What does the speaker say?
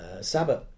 Sabbath